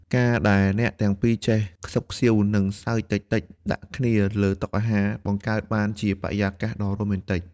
ការដែលអ្នកទាំងពីរចេះខ្សឹបខ្សៀវ និងសើចតិចៗដាក់គ្នាលើតុអាហារ បង្កើតបានជាបរិយាកាសដ៏រ៉ូមែនទិក។